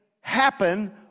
happen